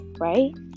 right